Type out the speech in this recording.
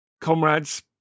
comrades